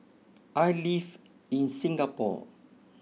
I live in Singapore